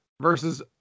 Versus